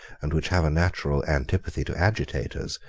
and which have a natural antipathy to agitators,